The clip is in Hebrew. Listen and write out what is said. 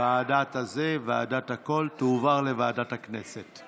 ועדת הזה, ועדת הכול, תועבר לוועדת הכנסת,